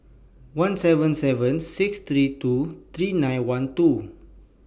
one seven seven six three two three nine one two